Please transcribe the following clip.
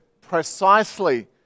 Precisely